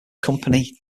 company